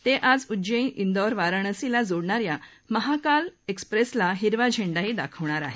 ते आज उज्जैन व्रीर वाराणसीला जोडणाऱ्या महाकाल एक्सप्रेसला हिरवा झेंडाही दाखवणार आहेत